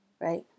right